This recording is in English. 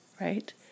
right